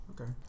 okay